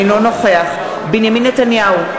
אינו נוכח בנימין נתניהו,